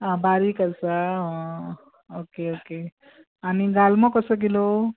आं बारीक आसा आं आं ओके ओके आनी गाळमो कसो किलो